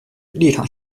立场